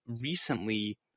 recently